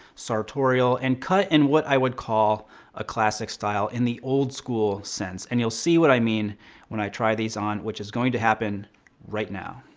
sartorial, and cut in what i would call a classic style in the old-school sense. and you'll see what i mean when i try these on, which is going to happen right now.